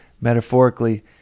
metaphorically